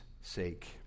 sake